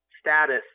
status